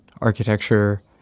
architecture